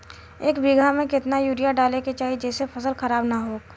एक बीघा में केतना यूरिया डाले के चाहि जेसे फसल खराब ना होख?